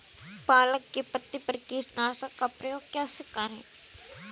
पालक के पत्तों पर कीटनाशक का प्रयोग कैसे करें?